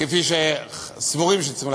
כפי שסבורים שצריכים.